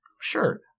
sure